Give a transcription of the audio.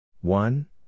one